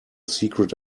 secret